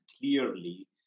clearly